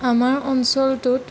আমাৰ অঞ্চলটোত